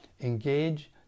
engage